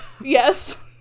Yes